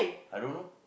I don't know